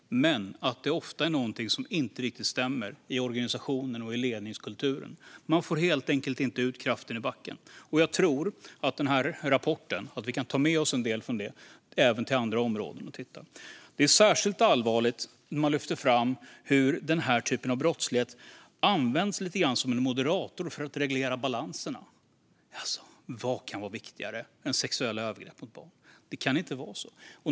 Men ofta är det någonting som inte riktigt stämmer i organisationen och ledningskulturen. Man får helt enkelt inte ut kraften i backen. Jag tror att vi kan ta med oss en del från den här rapporten även till andra områden. Det som är särskilt allvarligt är det man lyfter fram om att den här typen av brottslighet används lite grann som en moderator för att reglera balanserna. Vad kan vara viktigare än sexuella övergrepp mot barn? Det får inte vara så här.